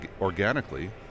organically